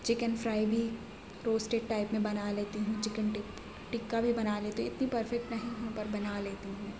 chicken fry بھی roasted type میں بنا لیتی ہوں چکن ٹک ٹکا بھی بنا لیتی ہوں اتنی پرفیکٹ نہیں ہوں پر بنا لیتی ہوں